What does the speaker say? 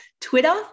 Twitter